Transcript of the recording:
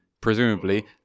presumably